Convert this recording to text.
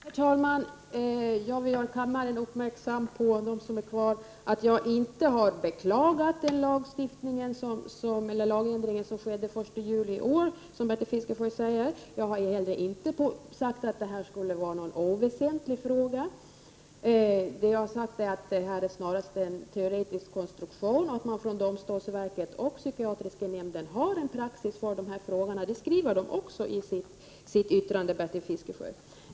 Herr talman! Jag vill göra kammarens ledamöter — de som är kvar — uppmärksamma på att jag inte har beklagat den lagändring som skedde den 1 juli i år, som Bertil Fiskesjö säger. Jag har heller inte sagt att det här skulle vara någon oväsentlig fråga. Det jag har sagt är att detta snarast är en teoretisk konstruktion och att domstolsverket och psykiatriska nämnden har en praxis för dessa fall — det skriver de också i sina yttranden, Bertil Fiskesjö!